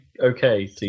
okay